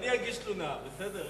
אני אגיש תלונה, בסדר?